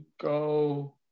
go